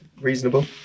reasonable